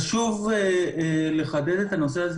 חשוב לחדד את הנושא,